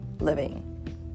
living